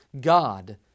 God